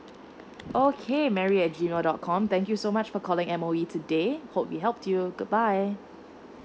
oh okay mary at G mail dot com thank you so much for calling M_O_E today hope we helped you good bye